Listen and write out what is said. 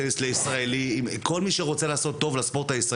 רשויות להיות העיר שתארח את אליפות העולם